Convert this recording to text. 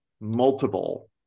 multiple